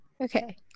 Okay